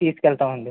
తీసుకెళ్తామండి